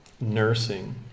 nursing